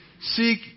seek